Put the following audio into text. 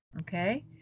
okay